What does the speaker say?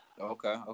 Okay